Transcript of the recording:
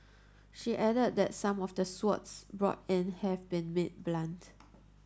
she added that some of the swords brought in have been made blunt